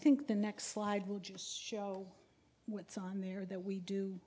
think the next slide will just show what's on there that we do